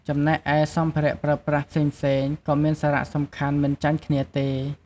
ចំណែកឯ សម្ភារៈប្រើប្រាស់ផ្សេងៗ ក៏មានសារៈសំខាន់មិនចាញ់គ្នាទេ។